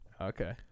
Okay